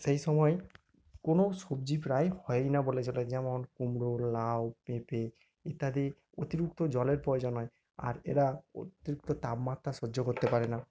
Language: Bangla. সেই সময় কোনো সবজি প্রায় হয় না বলে যেটা যেমন কুমড়ো লাউ পেঁপে ইত্যাদি অতিরিক্ত জলের প্রয়োজন হয় আর এরা অতিরিক্ত তাপমাত্রা সহ্য করতে পারে না